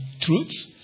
truths